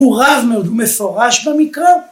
הוא רב מאוד ומפורש במקרא.